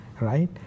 right